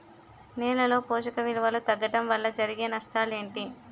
నేలలో పోషక విలువలు తగ్గడం వల్ల జరిగే నష్టాలేంటి?